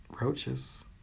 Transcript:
roaches